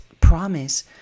promise